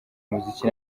umuziki